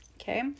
okay